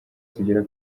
tugera